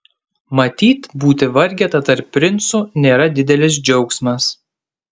matyt būti vargeta tarp princų nėra didelis džiaugsmas